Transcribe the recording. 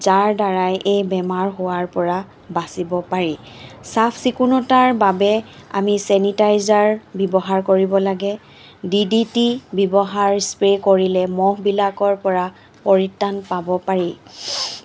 যাৰ দ্বাৰাই এই বেমাৰ হোৱাৰ পৰা বাচিব পাৰি চাফ চিকুণতাৰ বাবে আমি ছেনিটাইজাৰ ব্যৱহাৰ কৰিব লাগে ডি ডি টি ব্যৱহাৰ স্প্ৰে' কৰিলে মহবিলাকৰ পৰা পৰিত্ৰাণ পাব পাৰি